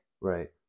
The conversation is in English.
Right